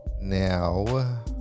Now